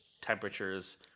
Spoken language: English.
temperatures